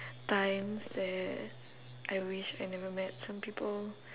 times that I wish I never met some people